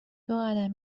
قدم